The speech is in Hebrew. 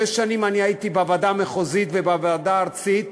שש שנים אני הייתי בוועדה המחוזית ובוועדה הארצית,